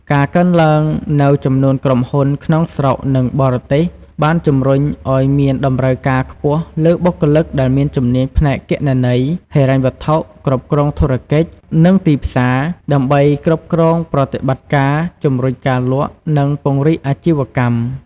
ការកើនឡើងនូវចំនួនក្រុមហ៊ុនក្នុងស្រុក និងបរទេស បានជំរុញឱ្យមានតម្រូវការខ្ពស់លើបុគ្គលិកដែលមានជំនាញផ្នែកគណនេយ្យ ហិរញ្ញវត្ថុ គ្រប់គ្រងធុរកិច្ច និងទីផ្សារ ដើម្បីគ្រប់គ្រងប្រតិបត្តិការ ជំរុញការលក់ និងពង្រីកអាជីវកម្ម។